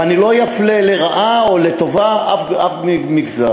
ואני לא אפלה לרעה או לטובה אף מגזר.